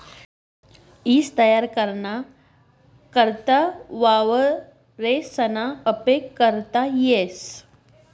ईज तयार कराना करता वावरेसना उपेग करता येस